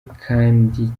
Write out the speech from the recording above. kandi